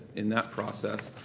and that process.